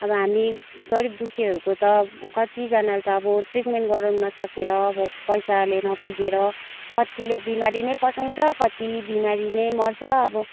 अब हामी गरीब दुखीहरूको त कतिजनाले त आबो ट्रिटमेन्ट गराउन नसकेर अब पैसाले नपुगेर कत्तिले अब बिमारी नै पचाउँछ कति बिमारी नै मर्छ अब